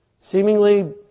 Seemingly